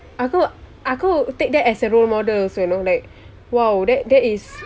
aku aku take that as a role model you know like !wow! that that is